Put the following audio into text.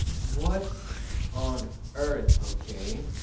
what on earth! okay,